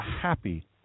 happy